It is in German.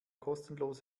kostenlos